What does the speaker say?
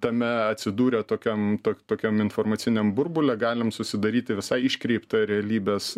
tame atsidūrę tokiam tokiam informaciniam burbule galim susidaryti visai iškreiptą realybės